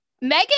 Megan